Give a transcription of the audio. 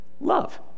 love